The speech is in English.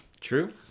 True